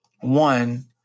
one